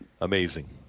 Amazing